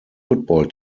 football